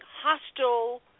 hostile